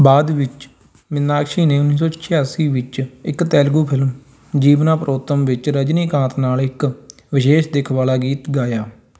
ਬਾਅਦ ਵਿੱਚ ਮੀਨਾਕਸ਼ੀ ਨੇ ਉੱਨੀ ਸੌ ਛਿਆਸੀ ਵਿੱਚ ਇੱਕ ਤੇਲਗੂ ਫ਼ਿਲਮ ਜੀਵਨਾ ਪਰੋਤਮ ਵਿੱਚ ਰਜਨੀਕਾਂਤ ਨਾਲ ਇੱਕ ਵਿਸ਼ੇਸ਼ ਦਿੱਖ ਵਾਲਾ ਗੀਤ ਗਾਇਆ